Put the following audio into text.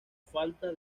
falta